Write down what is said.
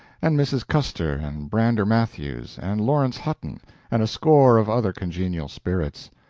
and mrs. custer and brander matthews and lawrence hutton and a score of other congenial spirits.